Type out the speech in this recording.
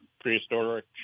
prehistoric